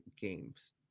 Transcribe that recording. games